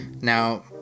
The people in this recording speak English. Now